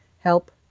Help